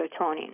serotonin